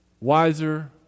wiser